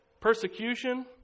Persecution